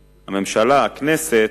הממשלה, הכנסת,